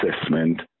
assessment